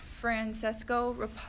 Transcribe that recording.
Francesco